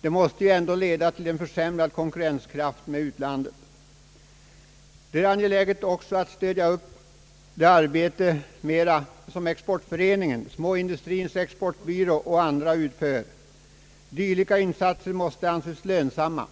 Den måste ju ändå leda till en försämrad konkurrenskraft gentemot utlandet. Det är angeläget att också mera stödja det arbete som exportföreningen, småindustriens exportbyrå och andra utför. Dylika insatser måste anses lönsamma.